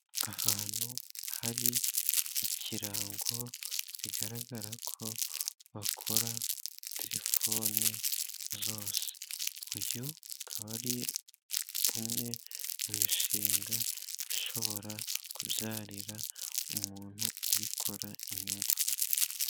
Ahantu hari ikirango bigaragara ko bakora telefone zose. Uyu akaba ari umwe mu mishinga ishobora kubyarira umuntu uyikora inyungu.